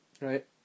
right